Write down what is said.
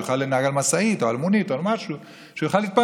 יוכל לנהוג על משאית או על מונית או על משהו ושהוא יוכל להתפרנס.